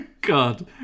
God